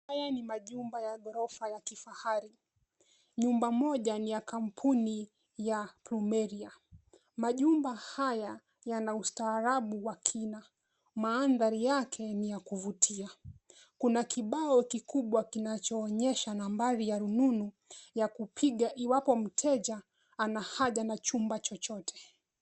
Haya ni majumba ya ghorofa ya kifahari, nyumba moja ni ya kampuni ya Plumeria. Majumba haya yana ustarabu wa kina. Mandhari yake ni ya kuvutia. Kuna kibao kikubwa kinachoonyesha nambari ya rununu ya kupiga iwapo mteja ana haja na chumba chochote.